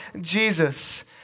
Jesus